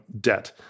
debt